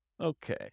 Okay